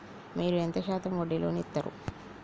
మీరు ఎంత శాతం వడ్డీ లోన్ ఇత్తరు?